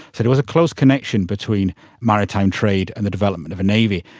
so there was a close connection between maritime trade and the development of a navy.